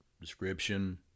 Description